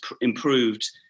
improved